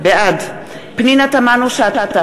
בעד פנינה תמנו-שטה,